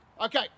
Okay